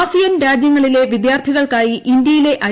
ASEAN രാജ്യങ്ങളിലെ വിദ്യാർത്ഥികൾക്കായി ഇന്ത്യയിലെ ഐ